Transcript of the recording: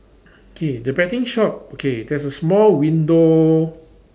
K the betting shop okay there's a small window